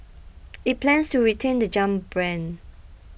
it plans to retain the Jump brand